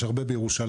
יש הרבה בירושלים,